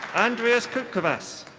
andrius cupkovas.